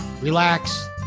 relax